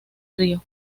río